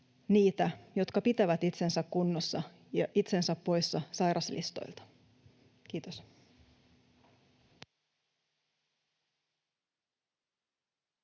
niitä, jotka pitävät itsensä kunnossa ja itsensä poissa sairaslistoilta. — Kiitos.